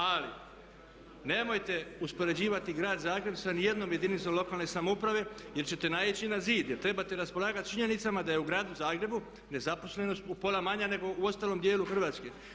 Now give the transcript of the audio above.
Ali nemojte uspoređivati grad Zagreba sa nijednom jedinicom lokalne samouprave jer ćete naići na zid, jer trebate raspolagati s činjenicama da je u gradu Zagrebu nezaposlenost upola manja nego u ostalom djelu Hrvatske.